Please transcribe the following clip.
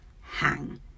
hang